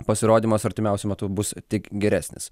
pasirodymas artimiausiu metu bus tik geresnis